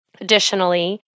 Additionally